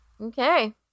Okay